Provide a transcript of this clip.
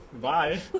Bye